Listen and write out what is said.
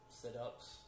sit-ups